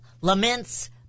laments